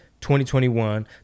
2021